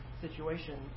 Situation